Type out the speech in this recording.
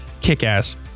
kick-ass